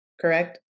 correct